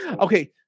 Okay